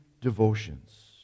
devotions